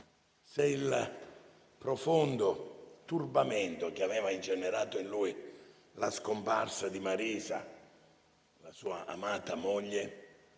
nel profondo turbamento che aveva ingenerato in lui la scomparsa di Marisa, la sua amata moglie,